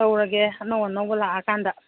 ꯂꯧꯔꯒꯦ ꯑꯅꯧ ꯑꯅꯧꯕ ꯂꯥꯛꯑꯀꯥꯟꯗ